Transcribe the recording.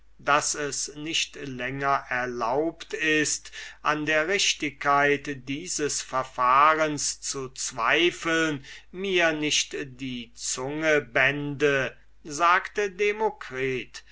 daß es nicht länger erlaubt ist an der richtigkeit dieses verfahrens zu zweifeln mir nicht die zunge bände sagte demokritus